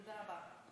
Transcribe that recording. תודה רבה.